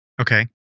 Okay